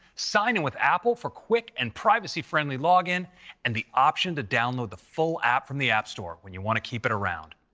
sign in with apple for quick and privacy-friendly login and the option to download the full app from the app store when you want to keep it around.